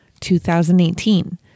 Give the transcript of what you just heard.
2018